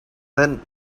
then